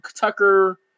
Tucker